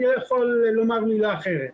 אני לא יכול לומר מילה אחרת,